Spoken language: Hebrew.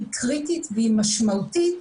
היא קריטית והיא משמעותית.